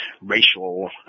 racial